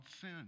sin